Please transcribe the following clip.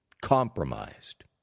compromised